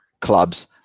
clubs